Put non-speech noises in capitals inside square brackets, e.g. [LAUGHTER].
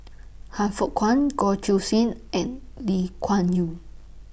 Han Fook Kwang Goh [UNINTELLIGIBLE] Siew and Lee Kuan Yew